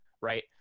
Right